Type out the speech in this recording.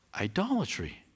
idolatry